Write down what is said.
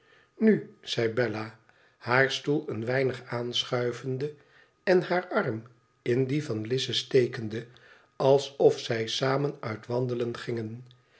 nu zei bella haar stoel een weinig aanschuivende en haar arm in dien van lize stekende alsof zij samen uit wandelen gingen